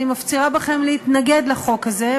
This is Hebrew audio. אני מפצירה בכם להתנגד לחוק הזה,